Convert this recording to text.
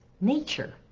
nature